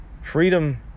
Freedom